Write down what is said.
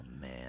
man